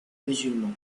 musulmans